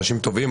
אנשים טובים,